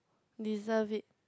deserve it